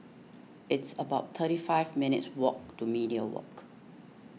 it's about thirty five minutes' walk to Media Walk